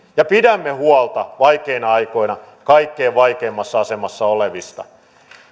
ja pidämme huolta vaikeina aikoina kaikkein vaikeimmassa asemassa olevista